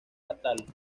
natal